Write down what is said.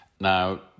Now